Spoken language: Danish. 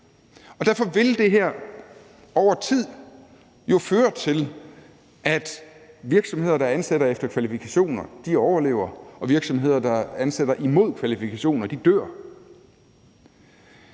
derfor vil det her over tid jo føre til, at virksomheder, der ansætter efter kvalifikationer, overlever, og virksomheder, der ansætter imod kvalifikationer, dør.